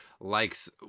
likes